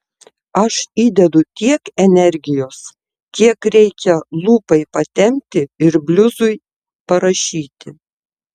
aš įdedu tiek energijos kiek reikia lūpai patempti ir bliuzui parašyti